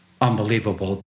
unbelievable